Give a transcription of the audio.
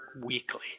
weekly